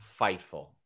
Fightful